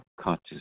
conscious